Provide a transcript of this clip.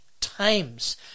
times